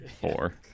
Four